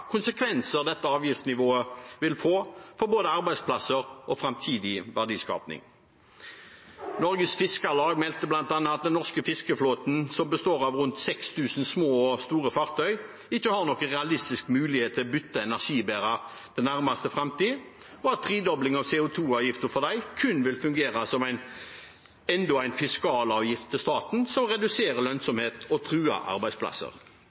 konsekvenser dette avgiftsnivået vil få for både arbeidsplasser og framtidig verdiskaping. Norges Fiskarlag mente bl.a. at den norske fiskeflåten, som består av rundt 6 000 små og store fartøy, ikke har noen realistisk mulighet til å bytte energibærer i nærmeste framtid, og at en tredobling av CO 2 -avgiften for dem kun vil fungere som enda en fiskalavgift til staten, noe som reduserer lønnsomhet og truer arbeidsplasser.